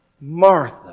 Martha